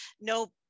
no